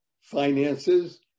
finances